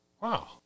Wow